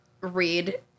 read